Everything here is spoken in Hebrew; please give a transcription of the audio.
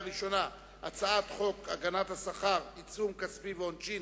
הצעת חוק הגנת השכר (עיצום כספי ועונשין),